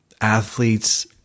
athletes